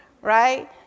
right